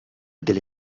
delle